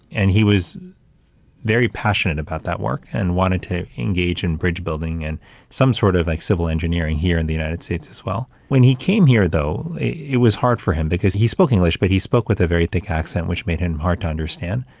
and he was very passionate about that work and wanted to engage in bridge building and some sort of like civil engineering here in the united states as well. when he came here, though, it was hard for him because he spoke english, but he spoke with a very thick accent, which made him hard to understand.